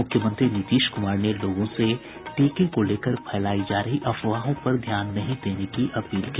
मुख्यमंत्री नीतीश कुमार ने लोगों से टीके को लेकर फैलायी जा रही अफवाहों पर ध्यान नहीं देने की अपील की